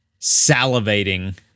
salivating